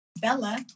Bella